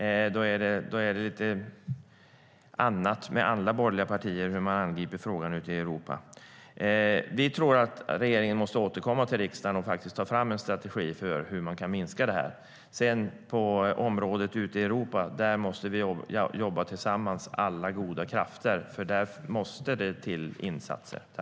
Andra borgerliga partier är det lite annat med när det gäller hur man angriper frågan ute i Europa.